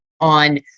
on